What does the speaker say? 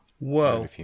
Whoa